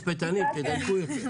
משפטנים, תדייקו יותר.